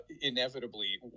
inevitably